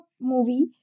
movie